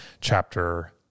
chapter